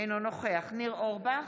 אינו נוכח ניר אורבך,